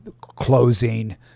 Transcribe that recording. closing